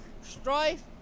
strife